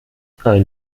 ein